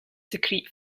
secrete